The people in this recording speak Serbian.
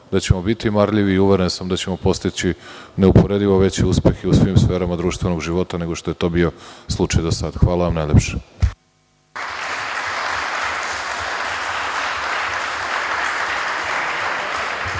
da ćemo biti marljivi. Uveren sam da ćemo postići neuporedivo veće uspehe u svim sferama društvenog života nego što je to bio slučaj do sada. Hvala.